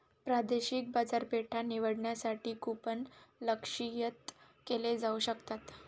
प्रादेशिक बाजारपेठा निवडण्यासाठी कूपन लक्ष्यित केले जाऊ शकतात